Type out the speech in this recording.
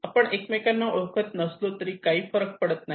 आपण एकमेकांना ओळखत नसलो तरी काही फरक पडत नाही